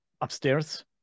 upstairs